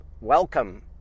welcome